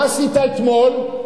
מה עשית אתמול?